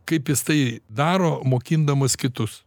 kaip jis tai daro mokindamas kitus